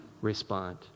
respond